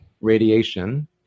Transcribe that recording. radiation